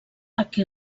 aquí